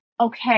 okay